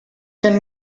can